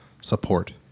support